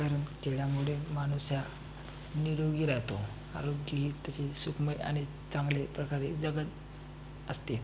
कारन खेळामुडे मानूस ह्या निरोगी राहतो आरोग्यही त्याचे सुखमय आनि चांगले प्रकारे जगत असते